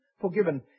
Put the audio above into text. forgiven